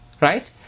right